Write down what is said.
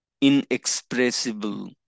inexpressible